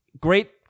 Great